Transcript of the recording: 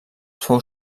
fou